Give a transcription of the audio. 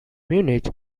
munich